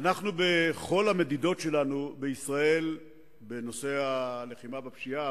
בכל המדידות שלנו בישראל בנושא הלחימה בפשיעה,